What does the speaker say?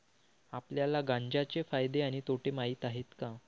आपल्याला गांजा चे फायदे आणि तोटे माहित आहेत का?